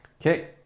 okay